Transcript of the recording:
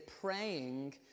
praying